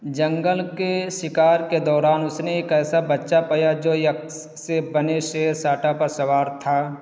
جنگل کے شکار کے دوران اس نے ایک ایسا بچہ پایا جو یکس سے بنے شیر ساٹا پر سوار تھا